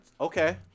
Okay